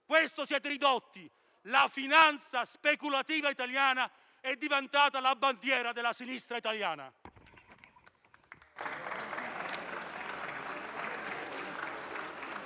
questo siete ridotti: la finanza speculativa italiana è diventata la bandiera della sinistra italiana.